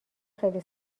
خیلی